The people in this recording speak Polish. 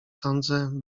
sądzę